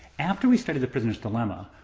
after we study the prisoner's dilemma,